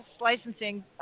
licensing